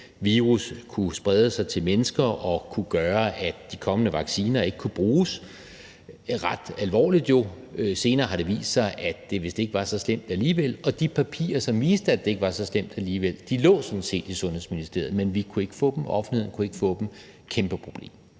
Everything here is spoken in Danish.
virus kunne sprede sig til mennesker og kunne gøre, at de kommende vacciner ikke kunne bruges, hvilket jo var ret alvorligt. Senere har det vist sig, at det vist ikke var så slemt alligevel, og de papirer, som viste, at det ikke var så slemt alligevel, lå sådan set i Sundhedsministeriet, men vi kunne ikke få dem; offentligheden kunne ikke få dem. Et kæmpe problem.